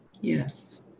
Yes